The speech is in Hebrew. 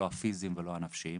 לא הנכים הפיסיים ולא הנפשיים,